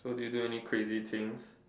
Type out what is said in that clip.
so did you do any crazy things